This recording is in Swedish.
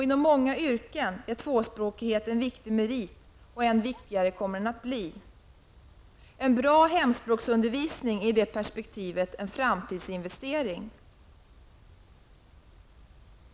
Inom många yrken är tvåspråkighet en viktig merit, och än viktigare kommer den att bli. En bra hemspråksundervisning är i det perspektivet en framtidsinvestering.